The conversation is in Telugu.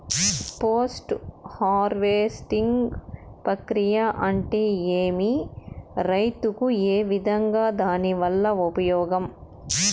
పోస్ట్ హార్వెస్టింగ్ ప్రక్రియ అంటే ఏమి? రైతుకు ఏ విధంగా దాని వల్ల ఉపయోగం?